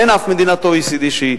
אין אף מדינת OECD שהיא